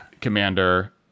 commander